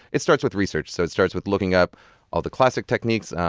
it starts with research. so it starts with looking up all the classic techniques,